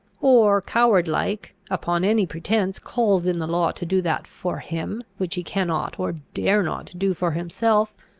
or, coward-like, upon any pretence calls in the law to do that for him which he cannot or dares not do for himself,